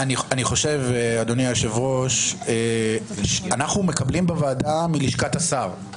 אדוני היושב-ראש, אנחנו מקבלים בוועדה מלשכת השר,